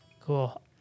Cool